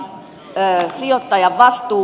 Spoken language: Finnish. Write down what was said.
tiukka linja sijoittajavastuu